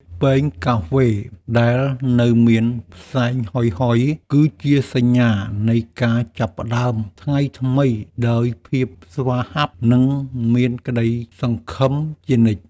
ពែងកាហ្វេដែលនៅមានផ្សែងហុយៗ គឺជាសញ្ញានៃការចាប់ផ្ដើមថ្ងៃថ្មីដោយភាពស្វាហាប់និងមានក្ដីសង្ឃឹមជានិច្ច។